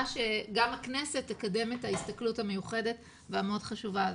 שגם הכנסת תקדם את ההסתכלות המיוחדת והמאוד חשובה הזאת.